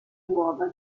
uova